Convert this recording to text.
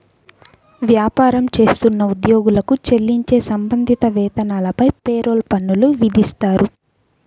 వ్యాపారం చేస్తున్న ఉద్యోగులకు చెల్లించే సంబంధిత వేతనాలపై పేరోల్ పన్నులు విధిస్తారు